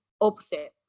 opposite